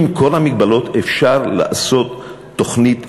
עם כל המגבלות, אפשר לעשות תוכנית שכזו,